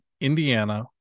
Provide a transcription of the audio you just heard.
indiana